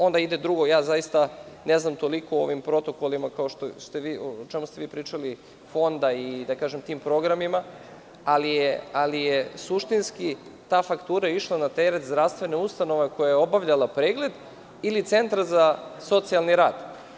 Onda ide drugo, zaista ne znam toliko o ovim protokolima o čemu ste vi pričali, Fonda i da kažem tim programima, ali je suštinski ta faktura išla na teret zdravstvene ustanove koja je obavljala pregled, ili centra za socijalni rad.